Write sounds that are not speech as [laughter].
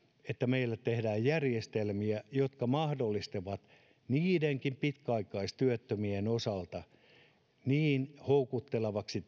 että meillä tehdään järjestelmiä jotka mahdollistavat niidenkin pitkäaikaistyöttömien tekemisen niin houkutteleviksi [unintelligible]